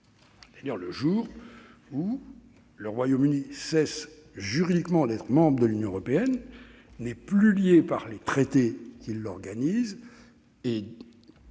c'est-à-dire le jour où le Royaume-Uni cessera juridiquement d'être membre de l'Union européenne, où il ne sera plus lié par les traités qui régissent